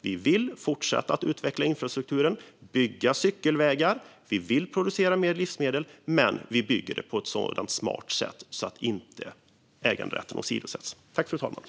Vi vill fortsätta att utveckla infrastrukturen och bygga cykelvägar, och vi vill producera mer livsmedel - men vi bygger det på ett sådant smart sätt att äganderätten inte åsidosätts.